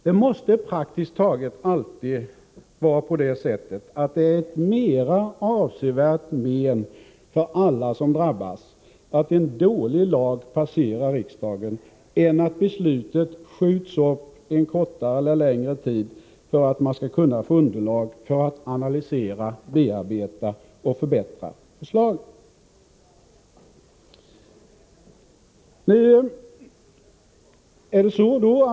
Det måste praktiskt taget alltid vara ett mer avsevärt men för alla som drabbas att en dålig lag passerar riksdagen än att beslutet skjuts upp kortare eller längre tid för att man skall kunna få underlag för att analysera, bearbeta och förbättra förslagen.